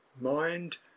mind